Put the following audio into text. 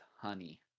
honey